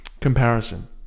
comparison